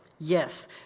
Yes